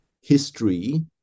history